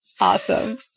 Awesome